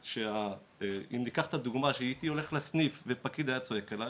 אם ניקח את הדוגמה שהייתי הולך לסניף ופקיד היה צועק עליי,